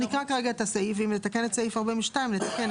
נקרא כרגע את הסעיף, ואם נתקן את סעיף 42 נתקן.